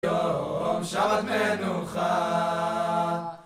יום שבת מנוחה